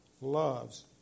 loves